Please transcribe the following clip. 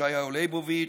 ישעיהו ליבוביץ',